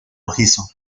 rojizo